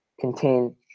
contain